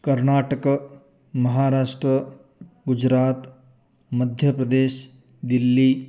Karnataka Maharashtra Gujarat Madhya Pradesh Delhi